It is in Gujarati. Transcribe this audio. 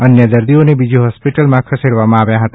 અન્ય દર્દીઓને બીજી હોસ્પિટલમાં ખસેડવામાં આવ્યા હતા